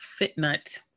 FitNut